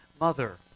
mother